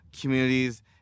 communities